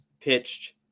pitched